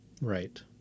right